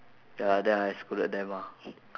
ya then I scolded them ah